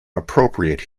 appropriate